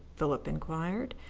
philip enquired.